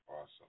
Awesome